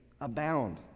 abound